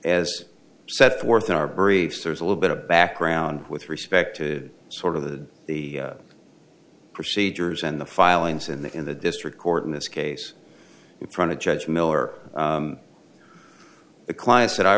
as set forth in our briefs there's a little bit of background with respect to sort of the the procedures and the filings in the in the district court in this case in front of judge miller the clients that i